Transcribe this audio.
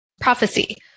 prophecy